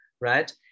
right